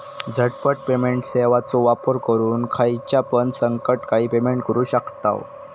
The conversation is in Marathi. झटपट पेमेंट सेवाचो वापर करून खायच्यापण संकटकाळी पेमेंट करू शकतांव